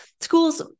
schools